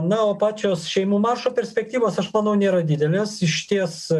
na o pačios šeimų maršo perspektyvos aš manau nėra didelės iš ties